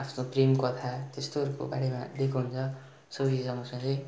आफ्नो प्रेम कथा त्यस्तोहरूको बारेमा दिएको हुन्छ सुफी सङ्ग्समा चाहिँ